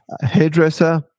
Hairdresser